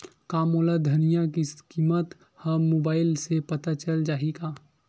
का मोला धनिया किमत ह मुबाइल से पता चल जाही का?